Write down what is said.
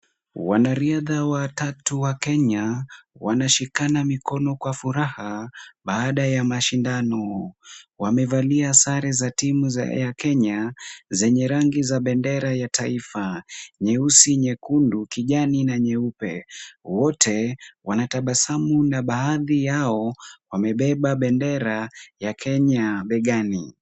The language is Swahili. Wanariadha watatu wa Kenya wanashikana mikono kwa furaha baada ya mashindano. Wamevalia sare za timu za Air Kenya zenye rangi za bendera ya taifa, nyeusi, nyekundu, kijani na nyeupe. Wote wanatabasamu na baadhi yao wamebeba bendera ya Kenya begani.